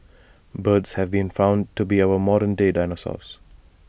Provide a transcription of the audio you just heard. birds have been found to be our modern day dinosaurs